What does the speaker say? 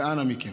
ואנא מכם,